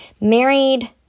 Married